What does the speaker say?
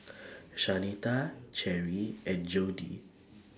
Shanita Cherri and Jodie